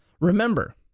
Remember